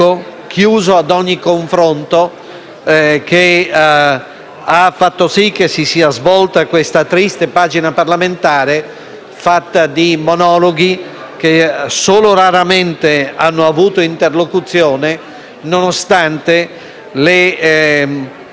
fatta di monologhi che solo raramente hanno avuto interlocuzione, nonostante le modalità di esame del disegno di legge non consentissero certo l'esercizio di una attività ostruzionistica.